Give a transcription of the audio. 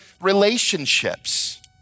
relationships